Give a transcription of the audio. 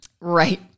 Right